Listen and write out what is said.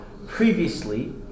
previously